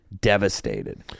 devastated